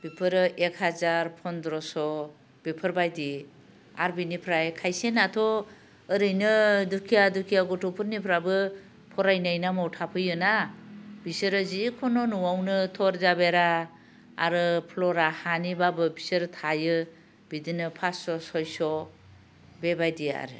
बेफोरो एगहाजार फनद्रस' बेफोरबायदि आरो बिनिफ्राय खायसेनाथ' ओरैनो दुखिया दुखिया गथ'फोरनिफ्राबो फरायनाय नामाव थाफैयोना बिसोरो जिखुनु न'वाव थर्जा बेरा आरो हानिबाबो बिसोर थायो बिदिनो फासस' सयस' बेबायदि आरो